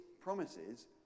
promises